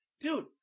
Dude